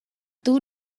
two